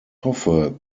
hoffe